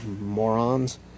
Morons